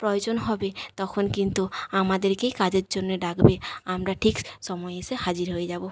প্রয়োজন হবে তখন কিন্তু আমাদেরকেই কাজের জন্য ডাকবে আমরা ঠিক সময় এসে হাজির হয়ে যাব